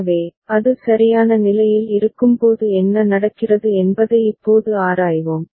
எனவே அது சரியான நிலையில் இருக்கும்போது என்ன நடக்கிறது என்பதை இப்போது ஆராய்வோம்